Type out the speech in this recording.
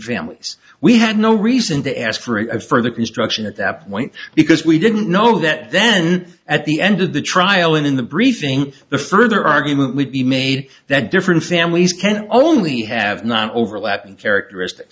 families we had no reason to ask for a further construction at that point because we didn't know that then at the end of the trial in the briefing the further argument would be made that different families can only have not overlapping characteristics